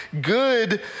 good